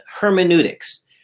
hermeneutics